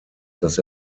dass